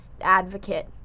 advocate